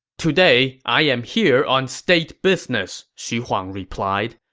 today, i am here on state business, xu huang replied.